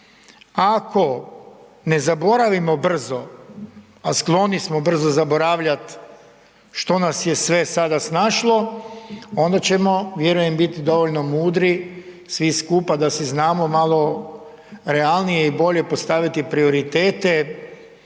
ako ne zaboravimo brzo, a skloni smo brzom zaboravljat što nas je sve sada snašlo onda ćemo vjerujem biti dovoljno mudri svi skupa da si znamo malo realnije i bolje postaviti prioritete